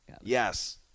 Yes